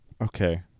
Okay